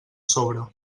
sobre